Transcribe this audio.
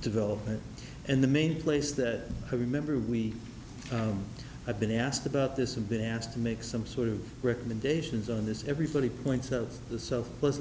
development and the main place that i remember we have been asked about this and been asked to make some sort of recommendations on this everybody points out the selfless an